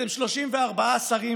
אתם 34 שרים,